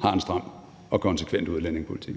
har en stram og konsekvent udlændingepolitik.